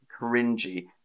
cringy